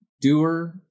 Doer